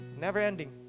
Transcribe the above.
Never-ending